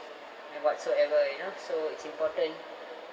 and whatsoever you know so it's important